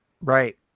Right